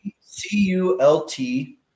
C-U-L-T